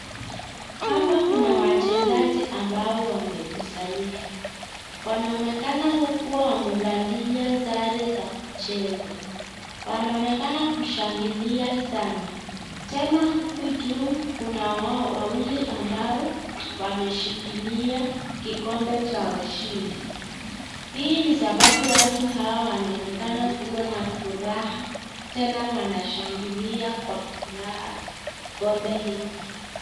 Hapa kuna wachezaji ambao wamekusanyika , wanaonekana kuwa wamevalia sare za kucheza wanaonekana kushangilia sana, tena huku juu kuna wao wawili ambao wameshika kikombe cha ushindi , hii ni kwa sababu hawa watu wanaonekana kuwa na furaha tena wanashangilia kwa furaha kikombe hiki.